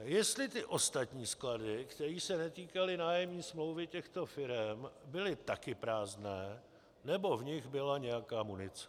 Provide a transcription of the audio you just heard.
Jestli ty ostatní sklady, kterých se netýkaly nájemní smlouvy těchto firem, byly taky prázdné, nebo v nich byla nějaká munice.